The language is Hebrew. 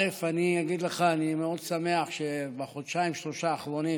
אני אגיד לך שאני מאוד שמח שבחודשיים-שלושה האחרונים